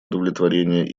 удовлетворения